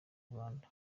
rwanda